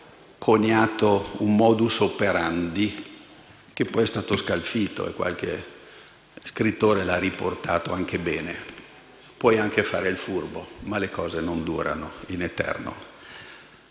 coniato un*modus operandi* che poi è stato scalfito, come qualche scrittore ha riportato bene. Puoi anche fare il furbo, ma le cose non durano in eterno;